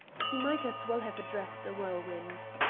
he might as well have addressed a whirlwind.